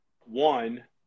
one